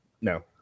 no